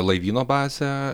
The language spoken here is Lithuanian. laivyno bazę